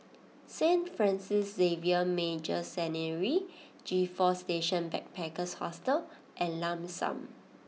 Saint Francis Xavier Major Seminary G Four Station Backpackers Hostel and Lam San